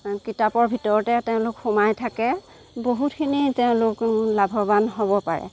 কিতাপৰ ভিতৰতে তেওঁলোক সোমাই থাকে বহুতখিনি তেওঁলোক লাভৱান হ'ব পাৰে